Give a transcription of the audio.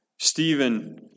Stephen